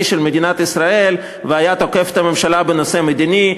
של מדינת ישראל והיה תוקף את הממשלה בנושא המדיני.